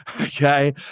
okay